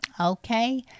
Okay